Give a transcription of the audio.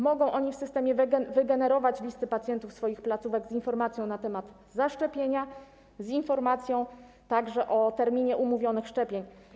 Mogą oni w systemie wygenerować listy pacjentów swoich placówek z informacją na temat zaszczepienia, także z informacją o terminie umówionych szczepień.